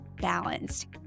balanced